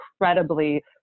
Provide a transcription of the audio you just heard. incredibly